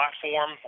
platform